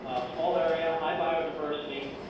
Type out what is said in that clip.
small area, high biodiversity,